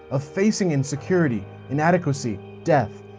of facing insecurity, inadequacy, death,